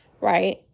right